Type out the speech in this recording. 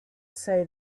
say